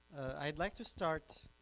i'd like to start,